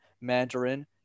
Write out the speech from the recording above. Mandarin